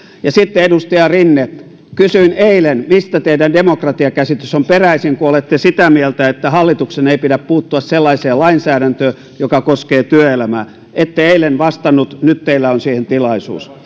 ja sitten edustaja rinne kysyin eilen mistä teidän demokratiakäsityksenne on peräisin kun olette sitä mieltä että hallituksen ei pidä puuttua sellaiseen lainsäädäntöön joka koskee työelämää ette eilen vastannut nyt teillä on siihen tilaisuus